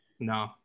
No